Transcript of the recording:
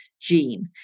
gene